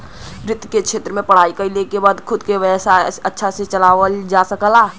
वित्त के क्षेत्र में पढ़ाई कइले के बाद खुद क व्यवसाय के अच्छा से चलावल जा सकल जाला